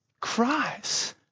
Cries